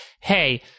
hey